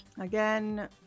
Again